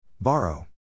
Borrow